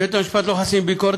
בית-המשפט לא חסין מביקורת,